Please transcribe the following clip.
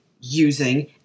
using